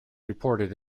reported